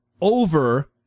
over